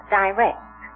direct